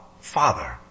Father